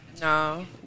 No